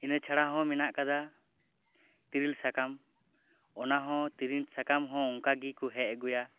ᱤᱱᱟᱹ ᱪᱷᱟᱰᱟ ᱦᱚᱸ ᱢᱮᱱᱟᱜ ᱟᱠᱟᱫᱟ ᱛᱤᱨᱤᱞ ᱥᱟᱠᱟᱢ ᱚᱱᱟ ᱦᱚᱸ ᱛᱤᱨᱤᱞ ᱥᱟᱠᱟᱢ ᱦᱚᱸ ᱚᱱᱠᱟ ᱜᱮᱠᱚ ᱦᱮᱡ ᱟᱹᱜᱩᱭᱟ